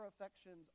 affections